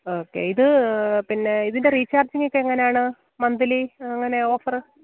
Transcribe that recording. okay ഇത് പിന്നെ ഇതിന്റെ റീചാര്ജിങ്ങ ഒക്കെ എങ്ങനെയാണ് മന്ത്ലീ അങ്ങനെ ഓഫറ്